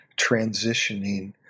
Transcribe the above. transitioning